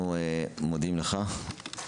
אנחנו מודים לך.